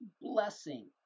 blessing